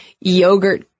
yogurt